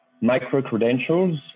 micro-credentials